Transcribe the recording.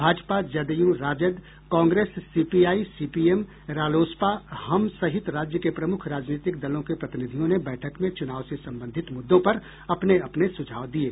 भाजपा जदयू राजद कांग्रेस सीपीआई सीपीएम रालोसपा हम सहित राज्य के प्रमुख राजनीतिक दलों के प्रतिनिधियों ने बैठक में चुनाव से संबंधित मृद्दों पर अपने अपने सुझाव दिये